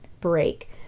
break